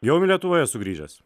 jau lietuvoje sugrįžęs